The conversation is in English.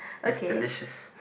that's delicious